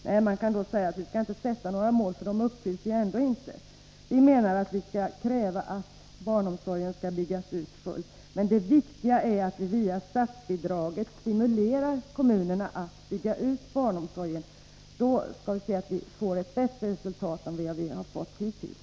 Nej, man kan ju då säga att vi inte skall sätta upp några mål, för de uppfylls ändå inte. Vi inom vpk menar att man skall kräva att barnomsorgen byggs ut fullt. Men det viktiga är att man via statsbidraget stimulerar kommunerna att bygga ut barnomsorgen. Då får vi ett bättre resultat än vi har fått hittills.